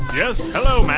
yes.